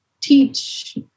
teach